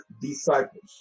disciples